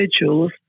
individuals